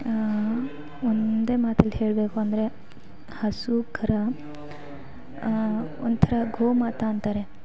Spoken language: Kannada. ಒಂದೇ ಮಾತಲ್ಲಿ ಹೇಳಬೇಕು ಅಂದರೆ ಹಸು ಕರು ಒಂಥರ ಗೋಮಾತಾ ಅಂತಾರೆ